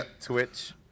Twitch